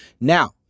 Now